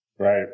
Right